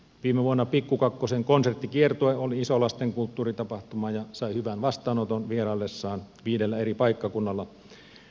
viime vuonna pikku kakkosen konserttikiertue oli iso lastenkulttuuritapahtuma ja sai hyvän vastaanoton vieraillessaan viidellä eri paikkakunnalla